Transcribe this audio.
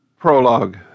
Prologue